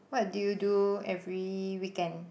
what do you do every weekend